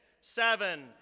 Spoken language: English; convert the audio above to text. seven